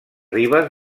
ribes